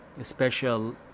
special